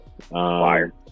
Fire